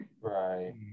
Right